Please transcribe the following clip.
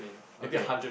okay